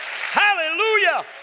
Hallelujah